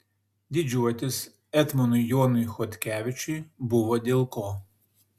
didžiuotis etmonui jonui chodkevičiui buvo dėl ko